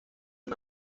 una